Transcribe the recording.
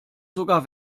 sogar